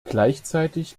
gleichzeitig